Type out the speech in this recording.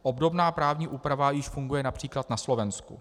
Obdobná právní úprava již funguje například na Slovensku.